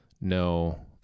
no